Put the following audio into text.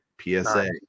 PSA